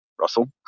russell